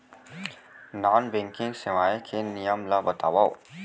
Non banking सेवाएं के नियम ला बतावव?